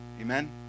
Amen